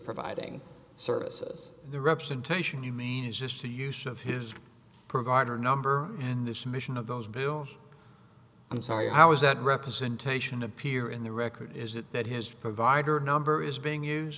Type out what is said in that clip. providing services the representation you mean just the use of his provider number and this mission of those bill i'm sorry how is that representation appear in the record is it that his provider number is being used